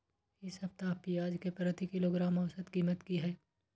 इ सप्ताह पियाज के प्रति किलोग्राम औसत कीमत की हय?